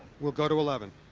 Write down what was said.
will go to eleven.